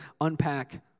unpack